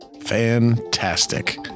Fantastic